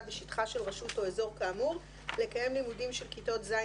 בשטחה של רשות או אזור כאמור לקיים לימודים של כיתות ז',